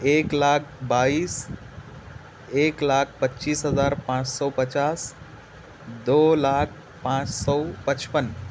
ایک لاکھ بائیس ایک لاکھ پچیس ہزار پانچ سو پچاس دو لاکھ پانچ سو پچپن